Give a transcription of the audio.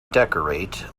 decorate